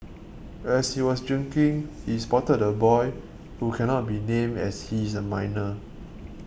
as he was drinking he spotted the boy who cannot be named as he is a minor